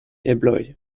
ebloj